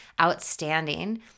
outstanding